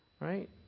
right